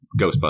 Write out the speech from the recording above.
Ghostbusters